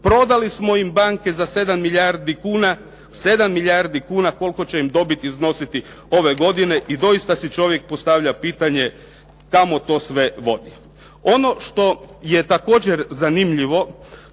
Prodali smo im banke za 7 milijardi kuna, 7 milijardi kuna koliko će im dobit iznositi ove godine i doista si čovjek postavlja pitanje kamo to sve vodi. Ono što je također zanimljivo